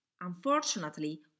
Unfortunately